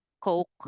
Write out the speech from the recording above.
Coke